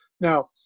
Now